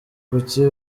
kuki